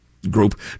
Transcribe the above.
group